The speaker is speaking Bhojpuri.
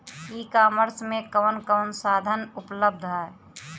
ई कॉमर्स में कवन कवन साधन उपलब्ध ह?